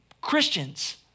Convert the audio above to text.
Christians